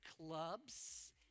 clubs